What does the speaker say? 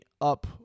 up